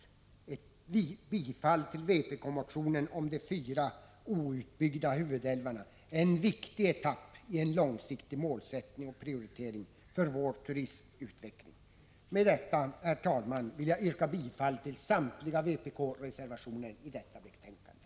Ett bifall till vpk-motionen om de fyra outbyggda huvudälvarna är en viktig etapp i en långsiktig målsättning och prioritering för utvecklingen av vår turism. Med detta, herr talman, vill jag yrka bifall till samtliga vpk-reservationer till detta betänkande.